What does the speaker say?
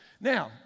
Now